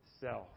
self